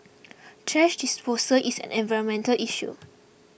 thrash disposal is an environmental issue